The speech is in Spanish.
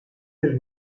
del